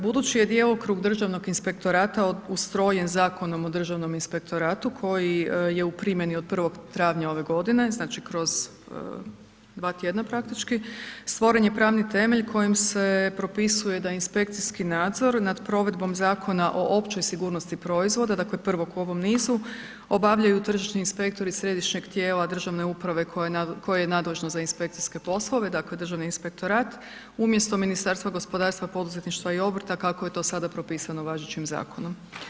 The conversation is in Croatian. Budući je djelokrug Državnog inspektorata ustrojen Zakonom o Državnom inspektoratu, koji je u primjeni od 1. travnja ove godine, znači kroz 2 tjedna praktički, stvoren je pravni temelj kojim se propisuje da se inspekcijski nadzor nad provedbom Zakona o općoj sigurnosti proizvoda, dakle prvog u ovom nizu, obavljaju tržišni inspektori središnjeg tijela državne uprave koje je nadležno za inspekcijske poslove, dakle Državni inspektorat umjesto Ministarstva gospodarstva, poduzetništva i obrta kako je to sada propisano važećim zakonom.